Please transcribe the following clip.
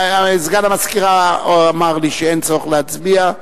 סגן המזכירה אמר לי שאין צורך להצביע,